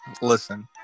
listen